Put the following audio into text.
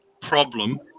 problem